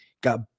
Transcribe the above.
got